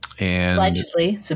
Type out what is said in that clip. allegedly